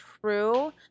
true